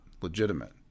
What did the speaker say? legitimate